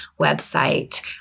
website